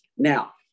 Now